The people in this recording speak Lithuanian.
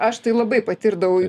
aš tai labai patirdavau